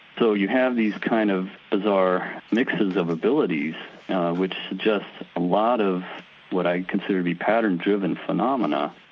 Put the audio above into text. so you have these kind of bizarre mixes of abilities which suggest a lot of what i consider to be pattern-driven phenomena.